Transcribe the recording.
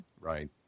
Right